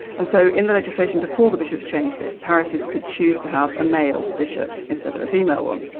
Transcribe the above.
and so in the legislation before the bishops changed it, parishes could choose to have a male bishop instead of a female one.